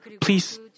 Please